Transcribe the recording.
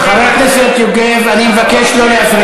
אני חושב, זה חוק אישי, אני מבקש שלא להפריע.